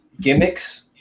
gimmicks